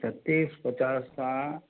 अच्छा तीस पचास का